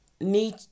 need